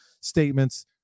statements